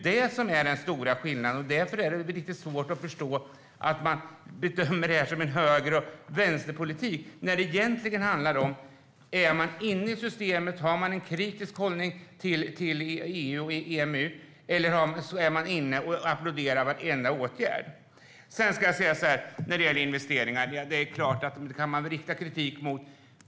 Därför är det lite svårt att förstå att det skulle handla om höger och vänsterpolitik, när det egentligen handlar om: Är man inne i systemet har man en kritisk hållning till EU och EMU eller också är man inne och applåderar varenda åtgärd. När det gäller investeringar: Det är klart att man kan kritisera.